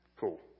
cool